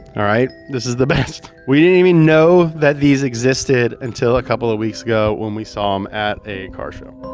all right. this is the best. we didn't even know that these existed until a couple of weeks ago, when we saw them um at a car show.